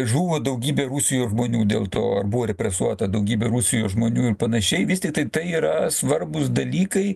žuvo daugybė rusijos žmonių dėl to ar buvo represuota daugybė rusijos žmonių ir panašiai vis tiktai tai yra svarbūs dalykai